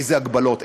איזה הגבלות,